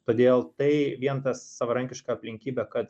todėl tai vien tas savarankiška aplinkybė kad